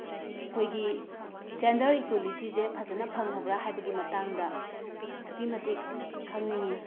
ꯑꯩꯈꯣꯏꯒꯤ ꯖꯦꯟꯗꯔ ꯏꯀ꯭ꯌꯦꯂꯤꯇꯤꯁꯦ ꯐꯖꯅ ꯐꯪꯉꯕ꯭ꯔꯥ ꯍꯥꯏꯕꯒꯤ ꯃꯇꯥꯡꯗ ꯑꯁꯨꯛꯀꯤ ꯃꯇꯤꯛ ꯈꯪꯅꯤꯡꯉꯤ